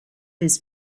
his